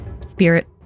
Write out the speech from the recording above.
spirit